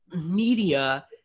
media